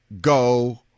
go